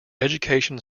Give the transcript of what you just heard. education